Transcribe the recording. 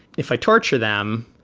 if i torture them,